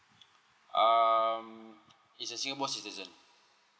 um he's a singapore citizen